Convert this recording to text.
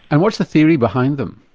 and what's the theory behind them?